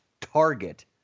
target